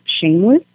Shameless